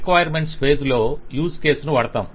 requirements phase లో use case ను వాడుతాం